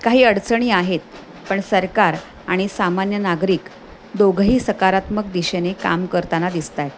काही अडचणी आहेत पण सरकार आणि सामान्य नागरिक दोघंही सकारात्मक दिशेने काम करताना दिसत आहेत